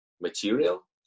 material